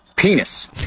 Penis